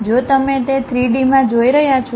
જો તમે તે 3D માં જોઈ રહ્યા છો